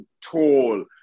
tall